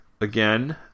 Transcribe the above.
again